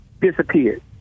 disappeared